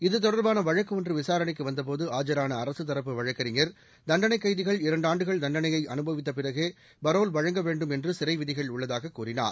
இத்தொடர்பான வழக்கு ஒன்று விசாரணைக்கு வந்தபோது ஆஜரான அரசு தரப்பு வழக்கறிஞர் தண்டனைக் கைதிகள் இரண்டாண்டுகள் தண்டனையை அனுபவித்த பிறகே பரோல் வழங்க வேண்டும் என்று சிறை விதிகள் உள்ளதாக கூறினார்